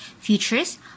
futures